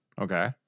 Okay